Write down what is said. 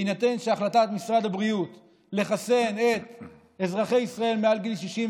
בהינתן שהחלטת משרד הבריאות היא לחסן את אזרחי ישראל מעל גיל 60,